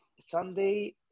Sunday